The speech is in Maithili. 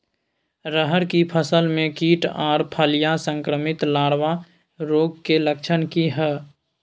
रहर की फसल मे कीट आर फलियां संक्रमित लार्वा रोग के लक्षण की हय?